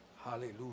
Hallelujah